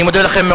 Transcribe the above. אני מודה לכם.